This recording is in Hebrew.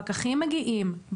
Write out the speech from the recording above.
הפקחים מגיעים,